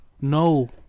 No